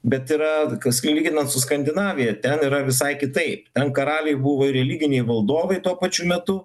bet yra kas lyginant su skandinavija ten yra visai kitaip ten karaliai buvo ir religiniai valdovai tuo pačiu metu